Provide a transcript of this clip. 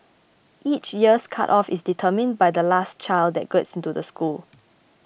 each year's cut off is determined by the last child that gets into the school